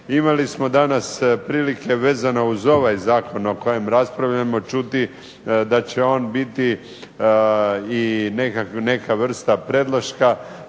Imali smo danas prilike vezano uz ovaj zakon o kojem raspravljamo čuti da će on biti i neka vrsta predloška